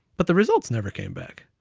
but the results never came back.